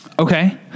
Okay